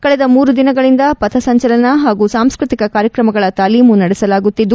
ಕಳೆದ ಮೂರು ದಿನಗಳಿಂದ ಪಥಸಂಚಲನ ಹಾಗೂ ಸಾಂಸ್ಕತಿಕ ಕಾರ್ಯಕ್ರಮಗಳ ತಾಲೀಮು ನಡೆಸಲಾಗುತ್ತಿದೆ